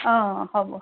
অঁ হ'ব